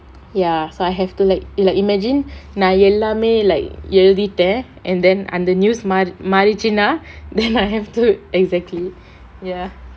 ya so I have to like like imagine நா எல்லாமே:naa ellamae like எழுதிட்டேன்:eluthittaen and then அந்த:antha news மாறி~ மாறிச்சுனா:mari~ marichunaa then I have to exactly ya